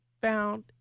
found